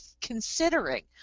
considering